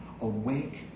awake